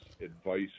advice